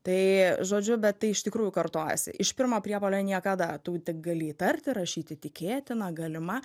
tai žodžiu bet tai iš tikrųjų kartojasi iš pirmo priepuolio niekada tu tik gali įtarti rašyti tikėtina galima